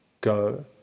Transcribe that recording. go